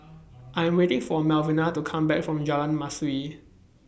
I Am waiting For Melvina to Come Back from Jalan Mastuli